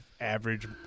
average